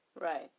Right